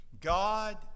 God